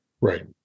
Right